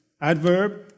adverb